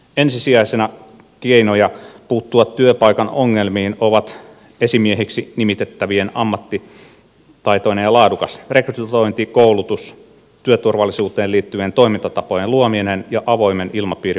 ensisijaisia keinoja puuttua työpaikan ongelmiin ovat esimieheksi nimitettävien ammattitaitoinen ja laadukas rekrytointi koulutus työturvallisuuteen liittyvien toimintatapojen luominen ja avoimen ilmapiirin vaatiminen